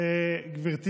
גברתי,